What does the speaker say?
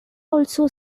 also